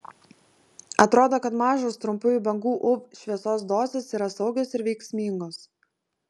atrodo kad mažos trumpųjų bangų uv šviesos dozės yra saugios ir veiksmingos